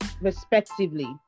respectively